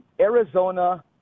Arizona